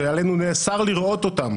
שעלינו נאסר לראות אותם,